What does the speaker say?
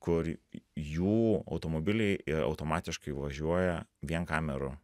kur jų automobiliai automatiškai važiuoja vien kamerų